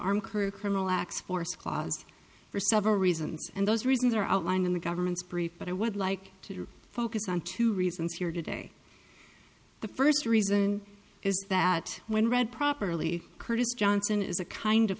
arm crew criminal acts force clause for several reasons and those reasons are outlined in the government's brief but i would like to focus on two reasons here today the first reason is that when read properly chris johnson is a kind of